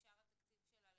הרלב"ד,